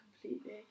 completely